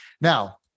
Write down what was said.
now